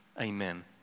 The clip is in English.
Amen